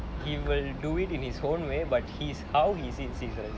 he will do it in its own way but he's how he said season